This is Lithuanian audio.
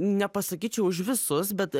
nepasakyčiau už visus bet